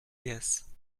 guess